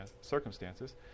circumstances